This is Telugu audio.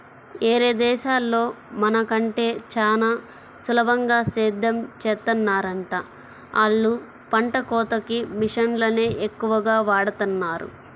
యేరే దేశాల్లో మన కంటే చానా సులభంగా సేద్దెం చేత్తన్నారంట, ఆళ్ళు పంట కోతకి మిషన్లనే ఎక్కువగా వాడతన్నారు